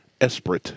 Esprit